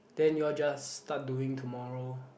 then you all just start doing tomorrow